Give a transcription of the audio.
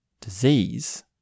disease